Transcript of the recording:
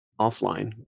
offline